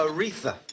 Aretha